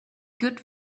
good